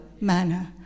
manner